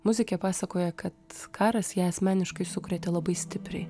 muzikė pasakoja kad karas ją asmeniškai sukrėtė labai stipriai